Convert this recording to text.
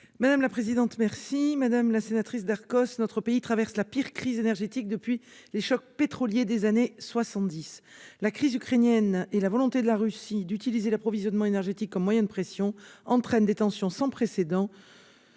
Mme la secrétaire d'État. Madame la sénatrice Darcos, notre pays traverse sa pire crise énergétique depuis les chocs pétroliers des années 1970. La crise ukrainienne et la volonté de la Russie d'utiliser l'approvisionnement énergétique comme moyen de pression entraînent des tensions sans précédent